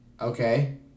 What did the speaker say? Okay